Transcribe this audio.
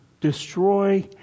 destroy